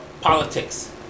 politics